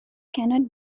cannot